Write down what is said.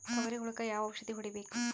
ತೊಗರಿ ಹುಳಕ ಯಾವ ಔಷಧಿ ಹೋಡಿಬೇಕು?